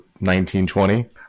1920